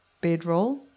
bedroll